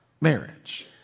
marriage